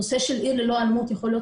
נושא של "עיר ללא אלימות" יכול להיות